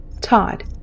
Todd